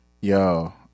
yo